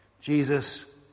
Jesus